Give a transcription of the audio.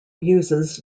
uses